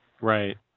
Right